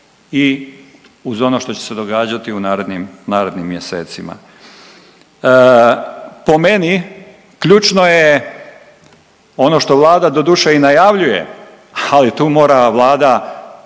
i uz ono što će se događati u narednim, narednim mjesecima. Po meni ključno je ono što vlada doduše i najavljuje, ali tu mora vlada